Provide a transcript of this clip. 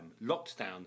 locked-down